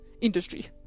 Industry